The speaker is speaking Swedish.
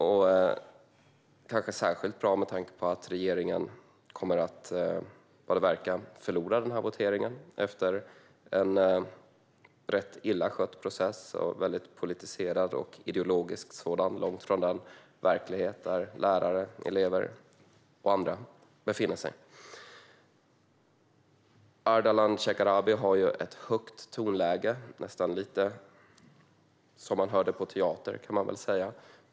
Det är kanske särskilt bra med tanke på att regeringen, vad det verkar, kommer att förlora voteringen efter en rätt illa skött process som också är väldigt politiserad på ett ideologiskt sätt - långt ifrån den verklighet där lärare, elever och andra befinner sig. Ardalan Shekarabi har ett högt tonläge. Det låter nästan som på teatern, kan man säga.